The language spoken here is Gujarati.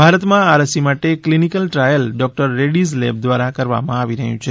ભારતમાં આ રસી માટે clinical trial doctor Reddy's lab દ્વારા કરવામાં આવી રહ્યું છે